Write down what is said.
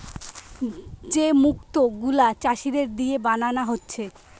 যে মুক্ত গুলা চাষীদের দিয়ে বানানা হচ্ছে